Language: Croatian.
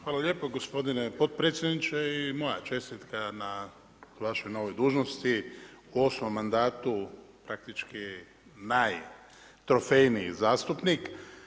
Hvala lijepo gospodine potpredsjedniče i moja čestitka na vašoj novoj dužnosti u osmom mandatu praktički najtrofejniji zastupnik.